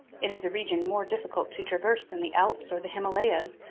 it is a region more difficult to traverse than the alps or the himalayas,